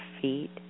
feet